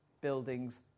buildings